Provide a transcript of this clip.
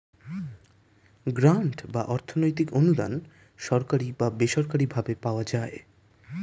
grant বা অর্থনৈতিক অনুদান সরকারি বা বেসরকারি ভাবে পাওয়া যায়